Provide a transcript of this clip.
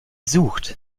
sucht